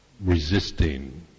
resisting